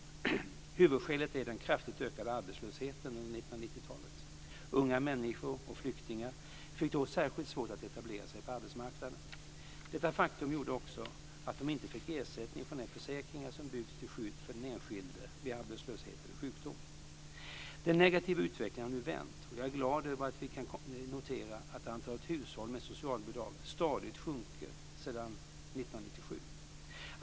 Huvudskälet är den kraftigt ökade arbetslösheten under 1990-talet. Unga människor och flyktingar fick då särskilt svårt att etablera sig på arbetsmarknaden. Detta faktum gjorde också att de inte fick ersättning från de försäkringar som byggts till skydd för den enskilde vid arbetslöshet eller sjukdom. Den negativa utvecklingen har nu vänt, och jag är glad över att vi nu kan notera att antalet hushåll med socialbidrag stadigt sjunker sedan år 1997.